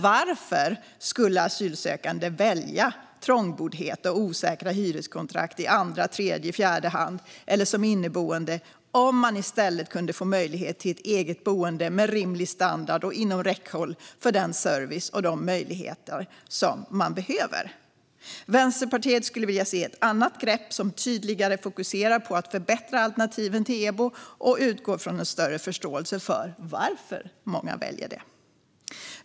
Varför skulle asylsökande välja trångboddhet, osäkra hyreskontrakt i andra, tredje och fjärde hand eller att vara inneboende om de kan få ett eget boende med rimlig standard inom räckhåll för den service och de möjligheter som de behöver? Vänsterpartiet skulle vilja se ett annat grepp som tydligare fokuserar på att förbättra alternativen till EBO och utgår från en större förståelse för varför många väljer det.